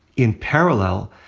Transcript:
in parallel,